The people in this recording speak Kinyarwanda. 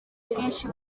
bwinshi